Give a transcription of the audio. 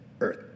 Earth